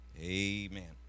Amen